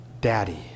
Daddy